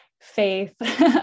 faith